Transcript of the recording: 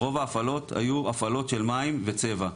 רוב ההפעלות היו הפעלות של מים וצבע.